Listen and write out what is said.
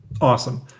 Awesome